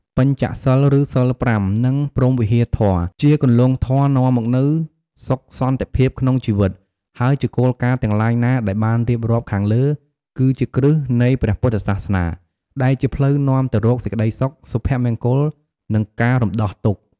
បញ្ចសីល ឬ សីល ៥ និងព្រហ្មវិហារធម៌ ជាគន្លងធម៌នាំមកនូវសុខសន្តិភាពក្នុងជីវិតហើយជាគោលការណ៍ទាំងឡាយណាដែលបានរៀបរាប់ខាងលើ គឺជាគ្រឹះនៃព្រះពុទ្ធសាសនា ដែលជាផ្លូវនាំទៅរកសេចក្តីសុខ សុភមង្គល និងការរំដោះទុក្ខ។